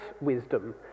wisdom